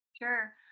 Sure